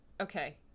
Okay